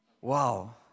Wow